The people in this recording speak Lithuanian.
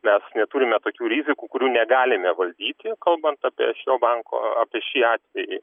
mes neturime tokių rizikų kurių negalime valdyti kalbant apie šio banko apie šį atvejį